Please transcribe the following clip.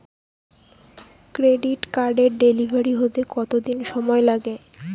Credit কার্ডের delivery হতে কতদিন সময় লাগে?